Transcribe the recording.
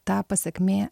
ta pasekmė